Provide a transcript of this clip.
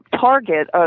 target